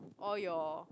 all your